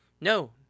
No